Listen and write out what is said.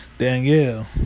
Danielle